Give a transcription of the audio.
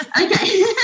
Okay